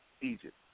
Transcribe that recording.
Egypt